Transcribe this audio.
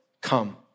Come